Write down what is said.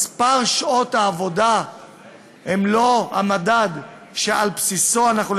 מספר שעות העבודה הוא לא המדד שעל בסיסו אנחנו,